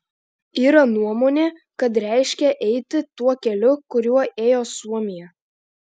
yra nuomonė kad reiškia eiti tuo keliu kuriuo ėjo suomija